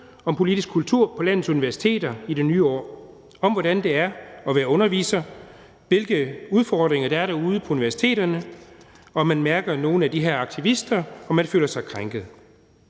om politisk kultur på landets universiteter i det nye år, altså om, hvordan det er at være underviser, hvilke udfordringer der er derude på universiteterne, og om man mærker noget til nogle af de her aktivister, og om man føler sig krænket.